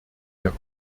der